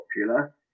popular